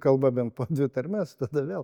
kalba bent po dvi tarmes tada vėl